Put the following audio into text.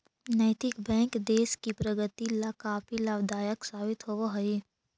नैतिक बैंक देश की प्रगति ला काफी लाभदायक साबित होवअ हई